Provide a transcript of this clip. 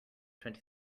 twenty